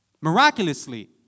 miraculously